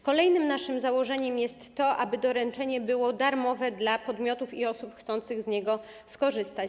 Kolejnym naszym założeniem jest to, aby doręczenie było darmowe dla podmiotów i osób chcących z niego skorzystać.